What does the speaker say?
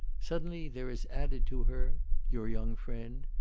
suddenly there is added to her your young friend,